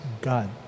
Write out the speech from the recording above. God